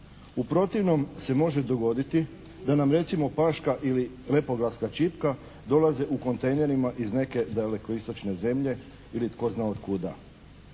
U protivnom se može dogoditi da nam recimo Paška ili Lepoglavska čipka dolaze u kontejnerima iz neke Daleko Istočne zemlje ili tko zna od kuda.